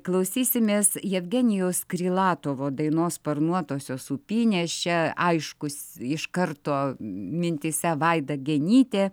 klausysimės jevgenijaus krilatovo dainos sparnuotosios sūpynės čia aiškus iš karto mintyse vaida genytė